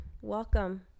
Welcome